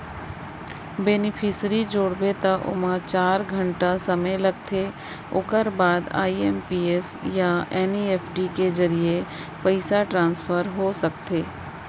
beneficiary जोड़बे त ओमा चार घंटा समे लागथे ओकर बाद आइ.एम.पी.एस या एन.इ.एफ.टी के जरिए पइसा ट्रांसफर हो सकथे